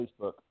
Facebook